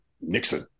Nixon